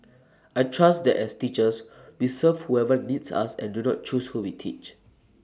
I trust that as teachers we serve whoever needs us and do not choose who we teach